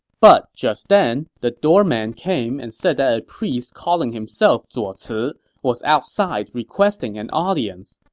but just then, the doorman came and said that a priest calling himself zuo ci was outside requesting an audience.